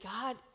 God